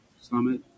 summit